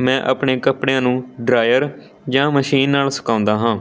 ਮੈਂ ਆਪਣੇ ਕੱਪੜਿਆਂ ਨੂੰ ਡਰਾਇਰ ਜਾਂ ਮਸ਼ੀਨ ਨਾਲ ਸੁਕਾਉਂਦਾ ਹਾਂ